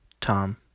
Tom